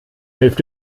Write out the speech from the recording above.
hilft